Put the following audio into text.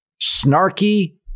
snarky